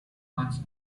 months